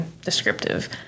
descriptive